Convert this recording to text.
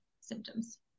symptoms